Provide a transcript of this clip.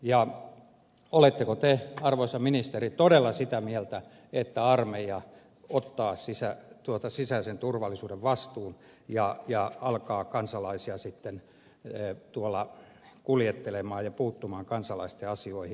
ja oletteko te arvoisa ministeri todella sitä mieltä että armeija ottaa sisäisen turvallisuuden vastuun ja alkaa kansalaisia sitten tuolla kuljetella ja puuttua kansalaisten asioihin